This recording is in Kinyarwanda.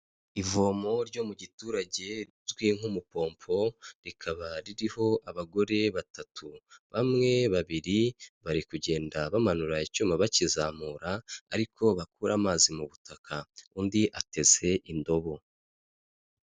Ivomo ryo mu giturage rizwi nk'umupompo rikaba ririho abagore batatu, bamwe babiri bari kugenda bamanura icyuma bakizamura ariko bakura amazi mu butaka, undi ateze indobo.